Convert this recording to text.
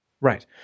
Right